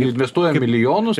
investuojam milijonus